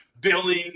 billing